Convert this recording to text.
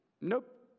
nope